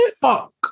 Fuck